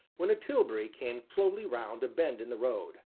when a tilbury came slowly round a bend in the road,